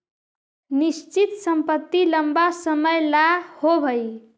निश्चित संपत्ति लंबा समय ला होवऽ हइ